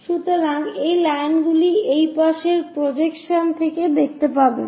সুতরাং এই লাইনগুলি এই পাশের প্রজেকশন থেকে দেখতে পাবেন